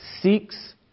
seeks